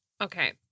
Okay